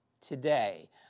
today